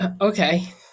okay